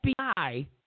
FBI